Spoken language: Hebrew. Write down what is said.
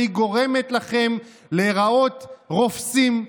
והיא גורמת לכם להיראות רופסים,